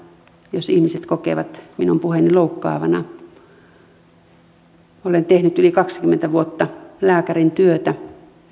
jos ihmiset kokevat minun puheeni loukkaavana minä olen tehnyt yli kaksikymmentä vuotta lääkärin työtä